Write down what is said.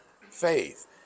faith